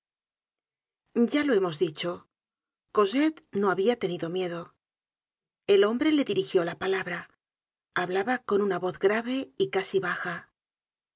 ya lo hemos dicho cosette no habia tenido miedo el hombre le dirigió la palabra hablaba con una voz grave y casi baja